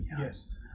yes